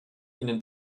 ihnen